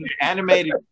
animated